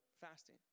fasting